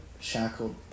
shackled